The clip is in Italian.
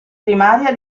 primaria